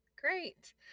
Great